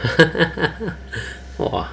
!wah!